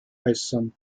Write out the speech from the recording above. äußern